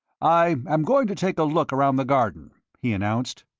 i am going to take a look around the garden, he announced.